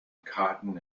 cotton